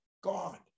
God